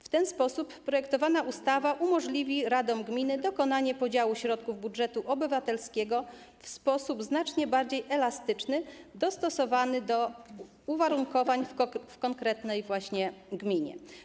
W ten sposób projektowana ustawa umożliwi radom gminy dokonanie podziału środków budżetu obywatelskiego w sposób znacznie bardziej elastyczny, dostosowany do uwarunkowań w konkretnej gminie.